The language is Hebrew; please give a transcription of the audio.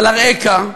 אבל אראך,